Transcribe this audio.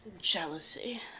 Jealousy